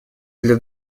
для